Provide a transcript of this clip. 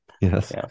Yes